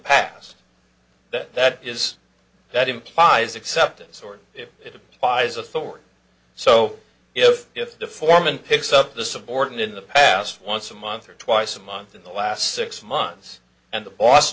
past that that is that implies acceptance or if it applies authority so if if the foreman picks up the subordinate in the past once a month or twice a month in the last six months and the boss